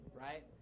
right